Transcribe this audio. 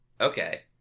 Okay